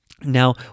Now